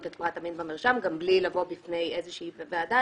את פרט המין במרשם גם בלי לבוא בפני איזושהי ועדה,